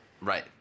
Right